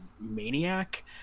maniac